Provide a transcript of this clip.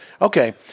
Okay